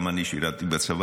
גם אני שירתי בצבא.